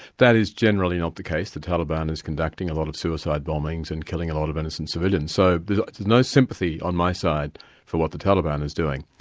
that is generally not the case. the taliban is conducting a lot of suicide bombings and killing a lot of innocent civilians, so there's no sympathy on my side for what the taliban is doing.